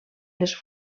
les